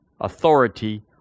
authority